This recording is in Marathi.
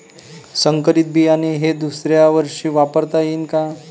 संकरीत बियाणे हे दुसऱ्यावर्षी वापरता येईन का?